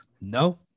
no